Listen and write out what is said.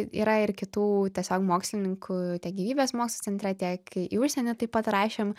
yra ir kitų tiesiog mokslininkų tiek gyvybės mokslų centre tiek į užsienį taip pat rašėm